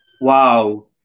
Wow